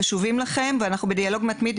קשובים לכם ואנחנו בדיאלוג מתמיד.